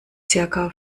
circa